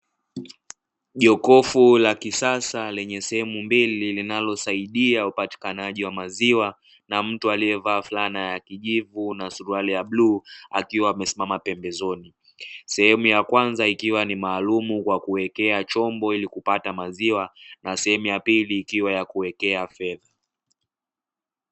Jokofu la kisasa lenye sehemu mbili linalosaidia katika upatikanaji wa maziwa na mtu aliyevaa fulana ya kijivu na suruai ya bluu akiwa amesimama pembezoni, sehemu ya kwanza ikiwa ni maalumu kwa ajili ya kuekea chombo ili kupata maziwa na sehemu ya pili ikiwa ni yakuekea fedha.